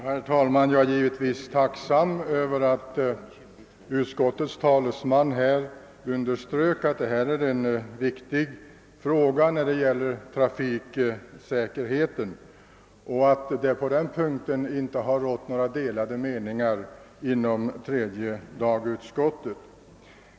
Herr talman! Jag är givetvis tacksam över att utskottets talesman underströk att detta är en viktig fråga för trafiksäkerheten och att det på denna punkt inte har rått några delade meningar inom tredje lagutskottet.